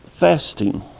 Fasting